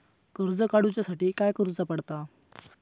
कर्ज काडूच्या साठी काय करुचा पडता?